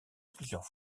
plusieurs